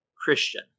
Christian